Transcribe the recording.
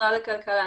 הדיון.